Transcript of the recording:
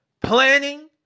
Planning